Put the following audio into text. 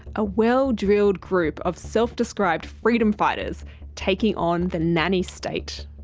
a well-drilled group of self-described freedom fighters taking on the nanny state.